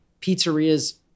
pizzerias